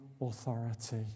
authority